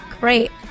great